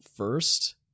first